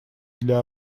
для